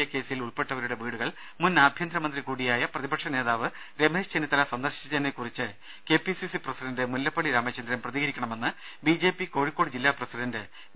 A കേസിൽ ഉൾപ്പെട്ടവരുടെ വീടുകൾ മുൻ ആഭ്യന്തരമന്ത്രി കൂടിയായ പ്രതിപക്ഷനേതാവ് രമേശ് ചെന്നിത്തല സന്ദർശിച്ചതിനെക്കുറിച്ച് കെപിസിസി പ്രസിഡന്റ് മുല്ലപ്പള്ളി രാമചന്ദ്രൻ പ്രതികരിക്കണമെന്ന് ബിജെപി കോഴിക്കോട് ജില്ലാ പ്രസിഡന്റ് വി